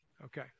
Okay